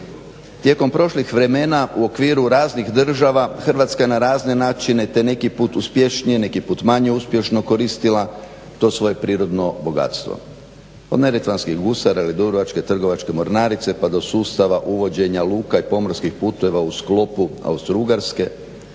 Tijekom prošlih vremena u okviru raznih država Hrvatske je na razne načine, te neki put uspješnije, neki put manje uspješno koristila to svoje prirodno bogatstvo, od neretvanskih gusara ili Dubrovačke trgovačke mornarice, pa do sustava uvođenja luka i pomorskih puteva. U sklopu Austrougarske